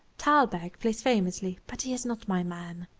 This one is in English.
thalberg plays famously, but he is not my man.